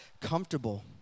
comfortable